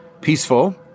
peaceful